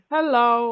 Hello